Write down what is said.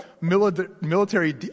military